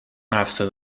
after